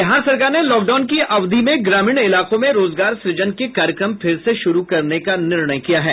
बिहार सरकार ने लॉकडाउन की अवधि में ग्रामीण इलाकों में रोजगार सुजन के कार्यक्रम फिर से शुरू करने का निर्णय किया है